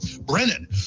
Brennan